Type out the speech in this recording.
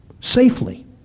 safely